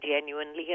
genuinely